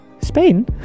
Spain